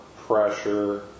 pressure